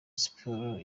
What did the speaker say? sports